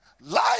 Life